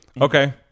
Okay